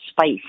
spice